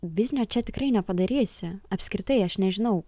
biznio čia tikrai nepadarysi apskritai aš nežinau